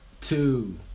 two